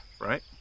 right